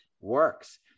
works